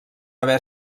haver